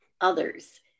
others